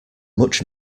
much